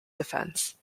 defense